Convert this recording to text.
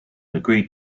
agreed